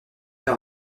par